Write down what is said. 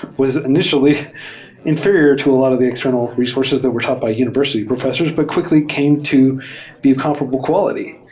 was in itially inferior to a lot of the external resources that were taught by univers ity professors, but quickly came to be of comparable quality.